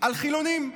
על חילונים.